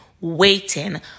waiting